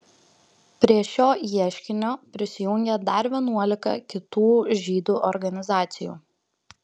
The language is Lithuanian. prie šio ieškinio prisijungė dar vienuolika kitų žydų organizacijų